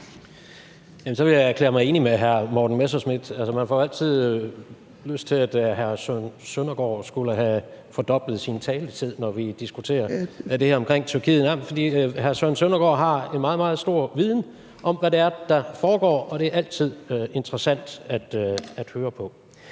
Messerschmidt. Altså, man får jo altid lyst til, at hr. Søren Søndergaard skulle have fordoblet sin taletid, når vi diskuterer det her omkring Tyrkiet, for hr. Søren Søndergaard har en meget, meget stor viden om, hvad det er, der foregår, og det er altid interessant at høre på.